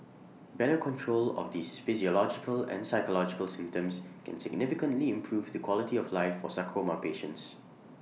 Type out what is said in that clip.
better control of these physiological and psychological symptoms can significantly improve the quality of life for sarcoma patients